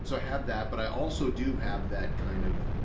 so have that. but i also do have that kind of,